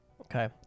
Okay